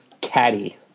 caddy